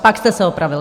Pak jste se opravil.